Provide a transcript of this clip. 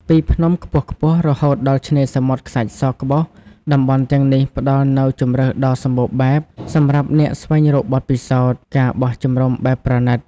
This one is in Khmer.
ពីភ្នំខ្ពស់ៗ រហូតដល់ឆ្នេរសមុទ្រខ្សាច់សក្បុស តំបន់ទាំងនេះផ្តល់នូវជម្រើសដ៏សម្បូរបែបសម្រាប់អ្នកស្វែងរកបទពិសោធន៍ ការបោះជំរំបែបប្រណីត ។